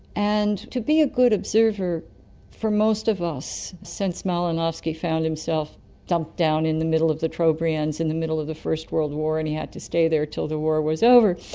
and to be a good observer for most of us, since malinowski found himself dumped down in the middle of the trobriands in the middle of the first world war and he had to stay there until the war was over,